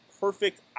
perfect